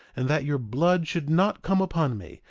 and that your blood should not come upon me,